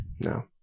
No